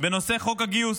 בנושא חוק הגיוס,